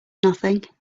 nothing